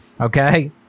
okay